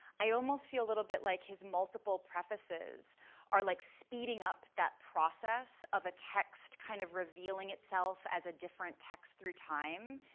i almost feel a little bit like his multiple prefaces are, like speeding up that process of a text kind of revealing itself as a different text through time,